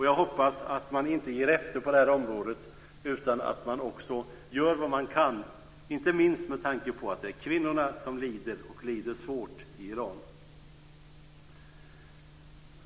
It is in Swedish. Jag hoppas att man inte ger efter på det här området utan att man gör vad man kan - inte minst med tanke på att det är kvinnorna som lider, och lider svårt, i Iran.